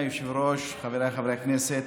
אדוני היושב-ראש, חבריי חברי הכנסת,